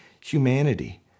humanity